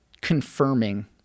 confirming